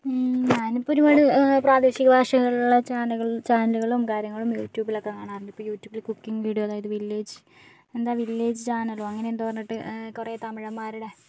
ഞാനിപ്പോൾ ഒരുപാട് പ്രാദേശികഭാഷകൾ ഉള്ള ചാനൽ ചാനലുകളും കാര്യങ്ങളും യൂട്യൂബിലൊക്കെ കാണാറുണ്ട് ഇപ്പോൾ യൂട്യൂബിൽ കുക്കിംഗ് വീഡിയോ അതായത് വില്ലേജ് എന്താ വില്ലേജ് ചാനലോ അങ്ങനെ എന്തോ പറഞ്ഞിട്ട് കുറേ തമിഴന്മാരുടെ